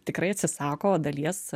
tikrai atsisako dalies